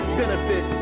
benefit